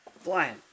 Flying